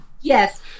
Yes